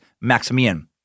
Maximian